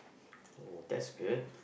oh that's good